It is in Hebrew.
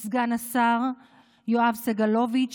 את סגן השר יואב סגלוביץ',